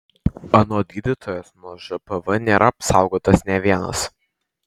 anot gydytojos nuo žpv nėra apsaugotas nė vienas